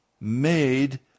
made